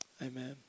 Amen